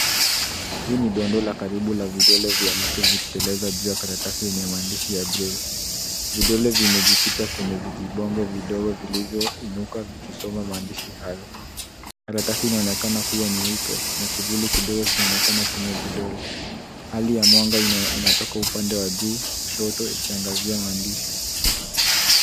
Hii ni dondoo la karibu la vidole vya mtu vikiteleza juu ya karatasi yenye maandishi ya braille .Vidole vimejikita kwenye vijibonge vidogo vilivyoinuka vikisoma maandishi hayo. Karatasi inaonekana kuwa nyeupe na kivuli kidogo kinaonekana chini ya vidole. Hali ya mwanga inatoka upande wa juu kushoto ikiangazia maandishi.